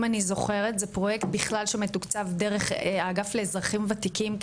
אם אני זוכרת זה פרויקט בכלל שמתוקצב דרך האגף לאזרחים וותיקים,